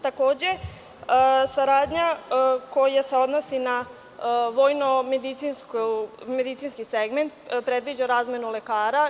Takođe, saradnja koja se odnosi na vojno-medicinski segment predviđa razmenu lekara.